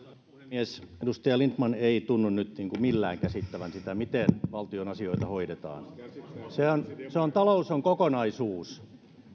puhemies edustaja lindtman ei tunnu nyt millään käsittävän sitä miten valtion asioita hoidetaan talous on kokonaisuus